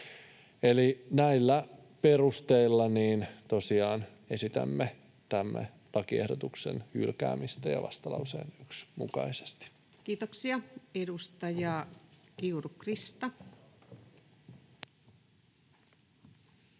näillä perusteilla tosiaan esitämme tämän lakiehdotuksen hylkäämistä vastalauseen 1 mukaisesti. Kiitoksia. — Edustaja Kiuru, Krista. Arvoisa